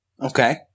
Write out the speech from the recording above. Okay